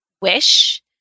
WISH